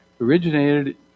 originated